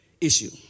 issue